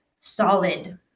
solid